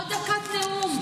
עוד דקת נאום.